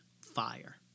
fire